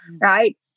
right